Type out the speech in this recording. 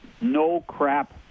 no-crap